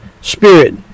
spirit